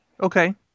Okay